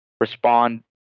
respond